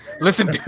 listen